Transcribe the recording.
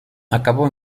acabó